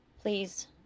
Please